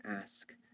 ask